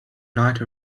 night